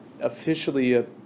officially